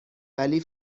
ولی